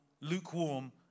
lukewarm